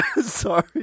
sorry